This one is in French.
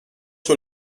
sur